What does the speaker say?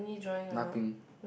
nothing